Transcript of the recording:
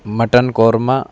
mutton korma